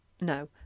No